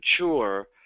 mature